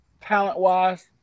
talent-wise